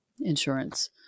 insurance